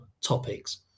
topics